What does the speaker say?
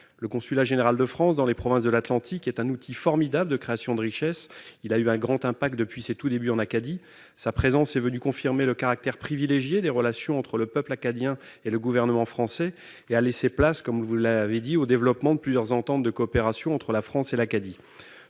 Le consulat général de France dans les provinces de l'Atlantique est un outil formidable de création de richesses. Son impact a été grand, en Acadie, depuis son ouverture. Sa présence a permis de confirmer le caractère privilégié des relations entre le peuple acadien et le gouvernement français et a été à l'origine, comme vous l'avez dit, du développement de plusieurs ententes de coopération entre la France et l'Acadie.